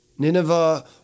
Nineveh